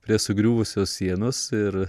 prie sugriuvusios sienos ir